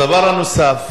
הדבר הנוסף,